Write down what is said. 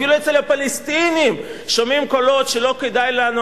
אפילו אצל הפלסטינים שומעים קולות של: לא כדאי לנו,